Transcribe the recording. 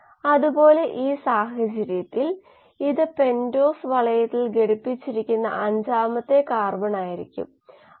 biomass അല്ലെങ്കിൽ കോശ ഗാഢത VS സമയം ഇതിന് 2 രീതികളുണ്ട് ഒന്ന് പരമ്പരാഗത ഒ ഡി രീതി മറ്റൊന്ന് കൾച്ചർ ഫ്ലൂറസെൻസ് രീതി